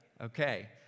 Okay